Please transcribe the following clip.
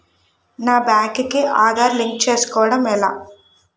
నా బ్యాంక్ కి ఆధార్ లింక్ చేసుకోవడం ఎలా?